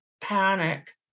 panic